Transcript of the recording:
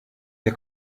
der